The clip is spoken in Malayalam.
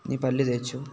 നീ പല്ല് തേച്ചോ